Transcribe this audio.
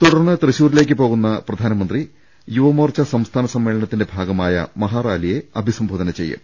തുടർന്ന് തൃശൂരിലേക്ക് പോകുന്ന പ്രധാനമന്ത്രി യുവ മോർച്ച സംസ്ഥാന സമ്മേളനത്തിന്റെ ഭാഗമായ മഹാറാലിയെ അദ്ദേഹം അഭിസംബോധന ചെയ്യും